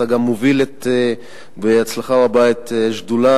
אתה גם מוביל בהצלחה רבה את השדולה